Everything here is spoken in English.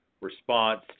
response